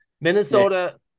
Minnesota